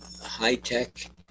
high-tech